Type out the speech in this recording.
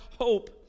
hope